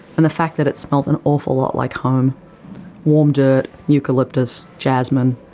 and the fact that it smelt an awful lot like home warm dirt, eucalyptus, jasmine.